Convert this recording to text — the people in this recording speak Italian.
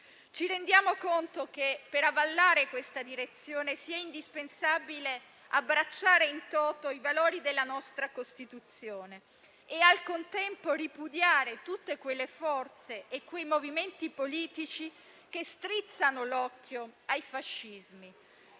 Ci rendiamo conto che per avallare questa direzione è indispensabile abbracciare *in toto* i valori della nostra Costituzione e, al contempo, ripudiare tutte quelle forze e quei movimenti politici che strizzano l'occhio ai fascismi.